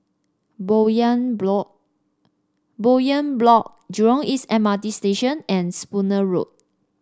Bowyer Block Bowyer Block Jurong East M R T Station and Spooner Road